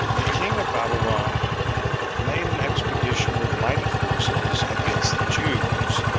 the king of babylon made an expedition with mighty forces against the jews,